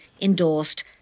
endorsed